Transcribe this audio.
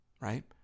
right